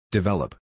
Develop